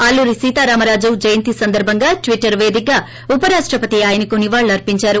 అల్లూరి సీతారామరాజు జయంతిని సందర్భంగా ట్వట్లర్ వేదికగా ఉపరాష్టపతి ఆయనకు నివాళులర్పించారు